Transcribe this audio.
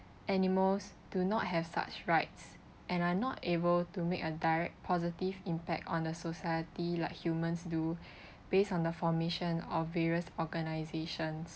animals do not have such rights and are not able to make a direct positive impact on the society like humans do based on the formation of various organisations